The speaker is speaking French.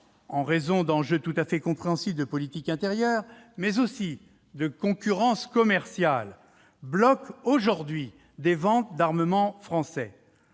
en raison d'enjeux tout à fait compréhensibles de politique intérieure, mais aussi de concurrence commerciale, bloquent aujourd'hui des ventes d'armements français.